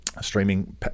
Streaming